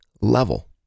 level